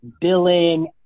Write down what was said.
billing